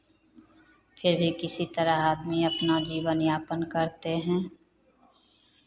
फिर भी किसी तरह आदमी अपना जीवन यापन करते हैं